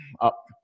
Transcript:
up